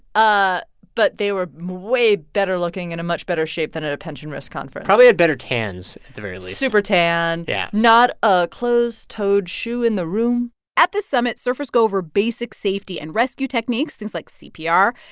ah but they were way better-looking and in much better shape than at a pension risk conference probably had better tans, at the very least super tan yeah not a closed-toed shoe in the room at this summit, surfers go over basic safety and rescue techniques, things like cpr.